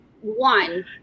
one